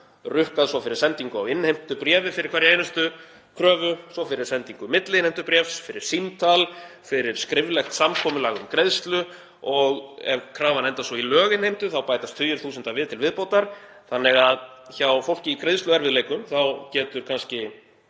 rukkað svo fyrir sendingu á innheimtubréfi fyrir hverja einustu kröfu, svo fyrir sendingu milliinnheimtubréfs, fyrir símtal, fyrir skriflegt samkomulag um greiðslu og ef krafan endar svo í löginnheimtu bætast tugir þúsunda við til viðbótar þannig að hjá fólki í greiðsluerfiðleikum þá getur kannski